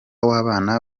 w’abana